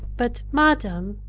but, madam,